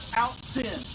out-sin